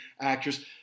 actress